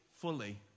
fully